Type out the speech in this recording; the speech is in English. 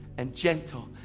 and gentle,